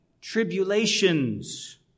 tribulations